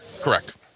Correct